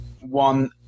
one